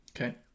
Okay